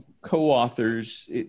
co-authors